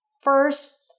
first